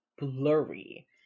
blurry